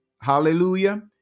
hallelujah